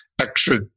extra